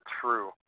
true